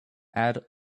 add